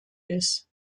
ist